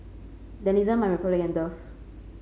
Denizen MyRepublic and Dove